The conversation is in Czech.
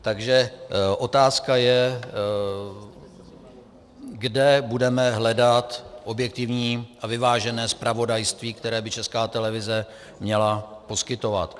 Takže otázka je, kde budeme hledat objektivní a vyvážené zpravodajství, které by Česká televize měla poskytovat.